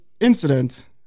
incident